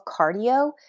cardio